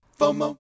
FOMO